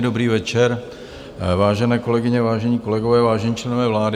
Dobrý večer, vážené kolegyně, vážení kolegové, vážení členové vlády.